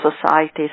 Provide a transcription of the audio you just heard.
societies